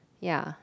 ya